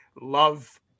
love